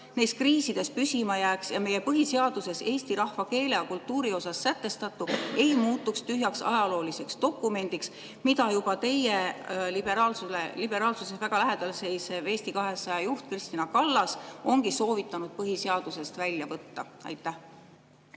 neis kriisides püsima jääks ja meie põhiseaduses eesti rahva, keele ja kultuuri osas sätestatu ei muutuks tühjaks ajalooliseks dokumendiks, mida juba teie liberaalsusele väga lähedal seisev Eesti 200 juht Kristina Kallas ongi soovitanud põhiseadusest välja võtta? Aitäh,